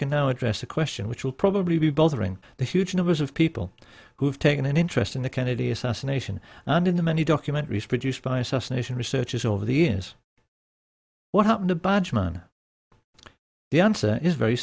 can now address the question which will probably be both are in the huge numbers of people who have taken an interest in the kennedy assassination and in the many documentaries produced by assassination researchers over the years what happened to